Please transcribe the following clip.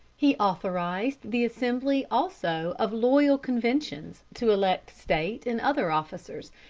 he authorized the assembly also of loyal conventions to elect state and other officers,